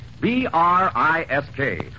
B-R-I-S-K